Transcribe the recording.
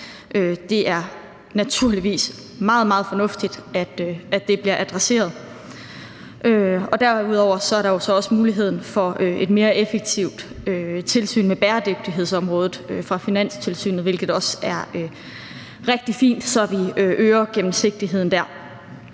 Det er naturligvis meget, meget fornuftigt, at det bliver adresseret. Derudover er der også muligheden for et mere effektivt tilsyn med bæredygtighedsområdet fra Finanstilsynets side, hvilket også er rigtig fint, så vi øger gennemsigtigheden der,